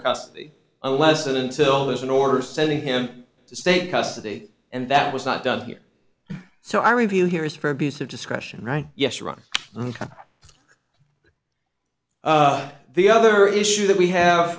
custody unless and until there's an order sending him to state custody and that was not done here so i review here is for abuse of discretion right yes wrong the other issue that we have